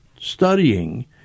studying